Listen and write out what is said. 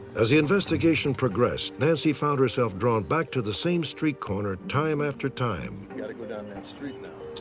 as the investigation progressed, nancy found herself drawn back to the same street corner time after time. got to go down that street now.